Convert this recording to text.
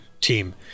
team